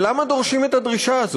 ולמה דורשים את הדרישה הזאת?